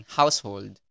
household